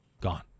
Gone